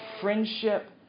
friendship